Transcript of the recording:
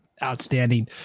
Outstanding